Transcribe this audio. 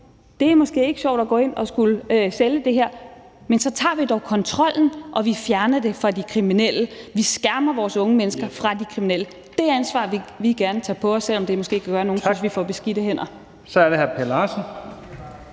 det er måske ikke sjovt at skulle gå ind og sælge det her, men så tager vi dog kontrollen og fjerner det fra de kriminelle, og vi skærmer vores unge mennesker fra de kriminelle. Det ansvar vil vi gerne tage på os, selv om det måske kan gøre, at nogle synes, vi får beskidte hænder. Kl. 18:55 Første